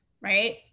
right